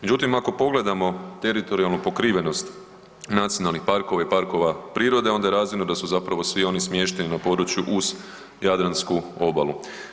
Međutim, ako pogledamo teritorijalnu pokrivenost nacionalnih parkova i parkova prirode onda je razvidno da su zapravo svi oni smješteni na području uz jadransku obalu.